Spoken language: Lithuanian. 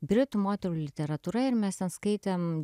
britų moterų literatūra ir mes ten skaitėm